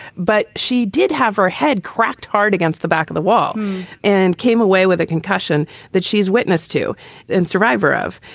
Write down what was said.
but she did have her head cracked hard against the back of the wall and came away with a concussion that she's witness to and survivor of.